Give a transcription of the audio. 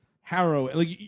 harrowing